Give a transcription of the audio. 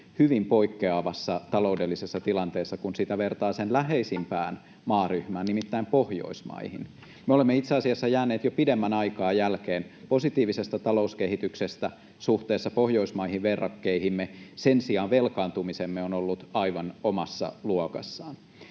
hyvin poikkeavassa taloudellisessa tilanteessa, kun sitä vertaa sen läheisimpään maaryhmään, nimittäin Pohjoismaihin. Me olemme itse asiassa jääneet jo pidemmän aikaa jälkeen positiivisesta talouskehityksestä suhteessa pohjoismaisiin verrokkeihimme. Sen sijaan velkaantumisemme on ollut aivan omassa luokassaan.